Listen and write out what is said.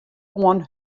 oan